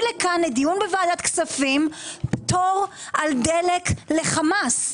לדיון בוועדת הכספים פטור על דלק לחמאס.